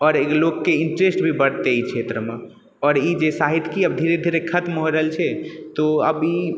आओर लोकके इंट्रेस्ट भी बढ़तै एहि क्षेत्रमे आओर ई जे सहित्यिकी आब धीरे धीरे खत्म हो रहल छै तऽ अभी